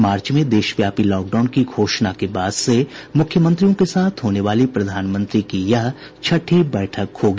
मार्च में देशव्यापी लॉकडाउन की घोषणा के बाद से मुख्यमंत्रियों के साथ होने वाली प्रधानमंत्री की यह छठी बैठक होगी